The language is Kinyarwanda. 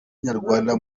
nyarwanda